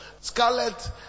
scarlet